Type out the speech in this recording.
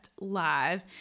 live